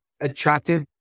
attractive